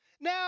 Now